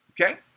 Okay